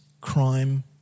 crime